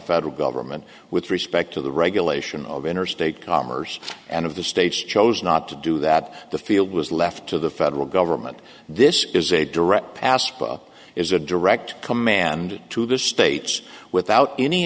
federal government with respect to the regulation of interstate commerce and of the states chose not to do that the field was left to the federal government this is a direct past but it is a direct command to the states without any